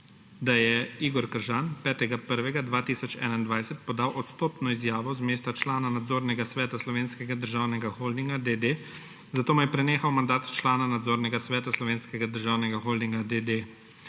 da je Igor Kržan 5. 1. 2021 podal odstopno izjavo z mesta člana nadzornega sveta Slovenskega državnega holdinga, d. d., zato mu je prenehal mandat člana nadzornega sveta Slovenskega državnega holdinga, d.